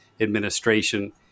administration